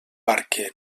barquer